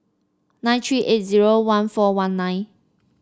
nine three eight zero one four one nine